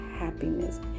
happiness